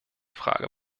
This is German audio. frage